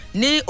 ni